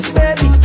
baby